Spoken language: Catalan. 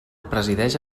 presideix